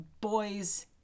boys